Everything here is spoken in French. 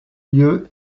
lieu